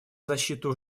защиту